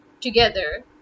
together